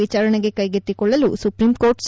ವಿಚಾರಣೆಗೆ ಕೈಗೊತ್ತಿಕೊಳ್ಳಲು ಸುಪ್ರೀಂಕೋರ್ಟ್ ಸಮ್ತಿ